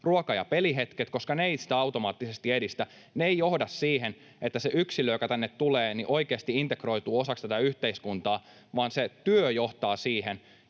ruoka- ja pelihetket, koska ne eivät sitä automaattisesti edistä. Ne eivät johda siihen, että se yksilö, joka tänne tulee, oikeasti integroituu osaksi tätä yhteiskuntaa, vaan se työ johtaa siihen,